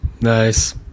Nice